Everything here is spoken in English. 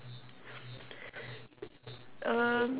um